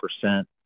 percent